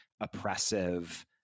oppressive